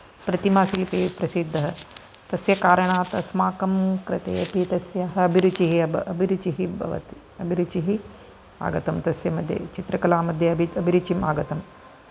प्रतिमाशिल्पे प्रसिद्धः तस्य कारणात् अस्माकं कृते अपि तस्याः अभिरुचिः अभिरुचिः भवत् अभिरुचिः आगतं तस्य मध्ये चित्रकला मध्ये अपि अभिरुचिम् आगतम्